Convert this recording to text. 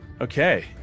okay